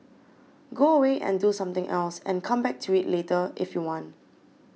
go away and do something else and come back to it later if you want